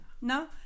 No